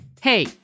hey